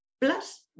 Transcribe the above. Plus